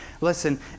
Listen